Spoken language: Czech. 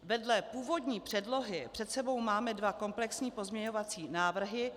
Vedle původní předlohy před sebou máme dva komplexní pozměňovací návrhy.